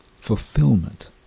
Fulfillment